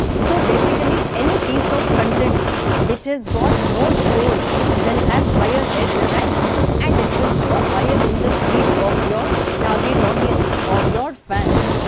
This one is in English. so basically, any piece of content which has got more score will have higher edgerank and will show higher in the feed of your target audience or your fans.